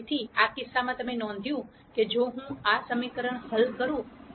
તેથી આ કિસ્સામાં તમે નોંધ્યું છે કે જો હું આ સમીકરણ હલ કરું તો